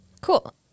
Cool